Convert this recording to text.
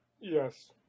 Yes